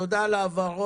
תודה על ההבהרות.